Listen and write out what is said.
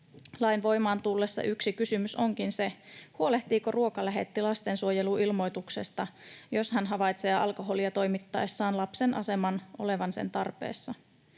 Lain voimaan tullessa yksi kysymys onkin se, huolehtiiko ruokalähetti lastensuojeluilmoituksesta, jos hän havaitsee alkoholia toimittaessaan lapsen aseman olevan sen tarpeessa,